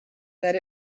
that